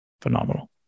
phenomenal